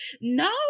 No